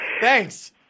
thanks